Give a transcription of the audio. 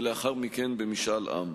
ולאחר מכן במשאל עם.